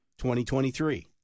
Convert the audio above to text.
2023